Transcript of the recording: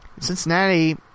Cincinnati